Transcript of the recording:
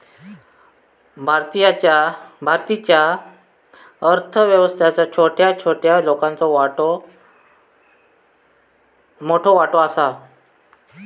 भारतीच्या अर्थ व्यवस्थेत छोट्या छोट्या लोकांचो मोठो वाटो आसा